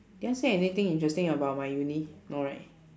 did I say anything interesting about my uni no right